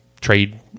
trade